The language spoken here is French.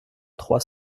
trois